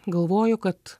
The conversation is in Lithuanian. galvoju kad